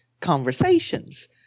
conversations